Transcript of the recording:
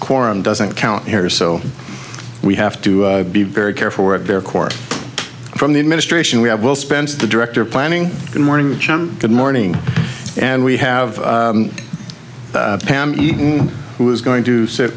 quorum doesn't count here so we have to be very careful at their court from the administration we have we'll spend the director of planning good morning good morning and we have pam who is going to sit